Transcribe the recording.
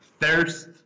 thirst